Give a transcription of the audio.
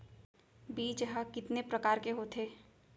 बीज ह कितने प्रकार के होथे?